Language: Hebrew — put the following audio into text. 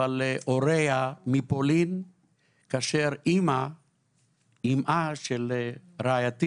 אבל הוריה מפולין כאשר אימה של רעייתי